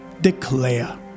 declare